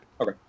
Okay